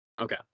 Okay